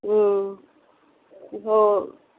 ਹਮ ਹੋ